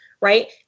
Right